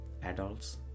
adults